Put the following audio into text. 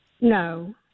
no